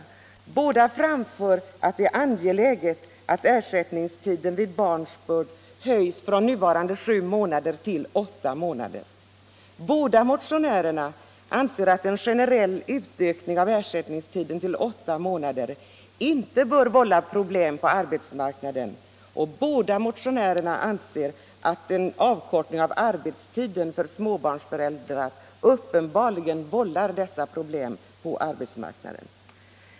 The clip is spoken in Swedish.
I båda motionerna framförs att det är angeläget att ersättningstiden vid barnsbörd förlängs från nuvarande sju månader till åtta månader. I båda motionerna hävdas vidare att en generell utökning av ersättningstiden till åtta månader inte bör vålla problem på arbetsmarknaden, medan däremot avkortning av arbetstiden för småbarnsföräldrar uppenbarligen åstadkommer sådana problem.